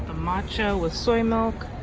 ah macha with soy milk